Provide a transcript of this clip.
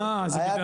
היה כיף.